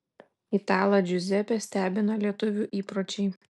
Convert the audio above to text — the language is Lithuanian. italą džiuzepę stebina lietuvių įpročiai